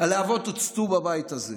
הלהבות הוצתו בבית הזה,